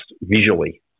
visually